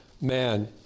man